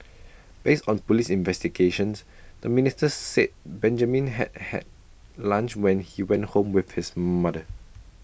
based on Police investigations the minister said Benjamin had had lunch when he went home with his mother